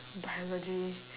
biology